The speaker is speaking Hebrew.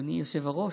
אדוני היושב-ראש,